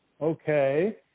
okay